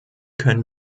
können